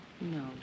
No